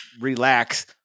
relax